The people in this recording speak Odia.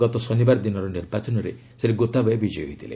ଗତ ଶନିବାର ଦିନର ନିର୍ବାଚନରେ ଶ୍ରୀ ଗୋତାବୟେ ବିଜୟୀ ହୋଇଥିଲେ